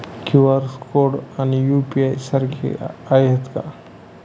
QR code आणि UPI सारखे आहेत का?